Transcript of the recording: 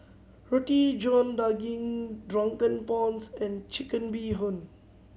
Roti John Daging Drunken Prawns and Chicken Bee Hoon